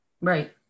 Right